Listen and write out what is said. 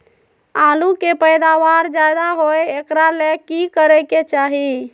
आलु के पैदावार ज्यादा होय एकरा ले की करे के चाही?